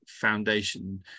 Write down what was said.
foundation